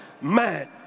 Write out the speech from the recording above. man